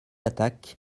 attaque